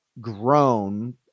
grown